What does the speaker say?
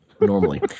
normally